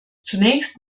zunächst